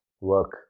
work